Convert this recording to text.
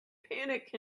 panic